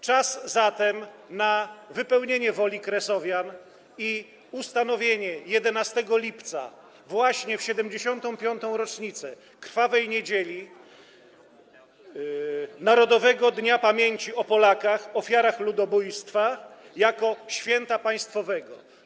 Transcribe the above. Czas zatem na wypełnienie woli Kresowian i ustanowienie 11 lipca, właśnie w 75. rocznicę krwawej niedzieli, narodowym dniem pamięci o Polakach ofiarach ludobójstwa, świętem państwowym.